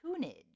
tunage